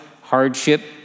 hardship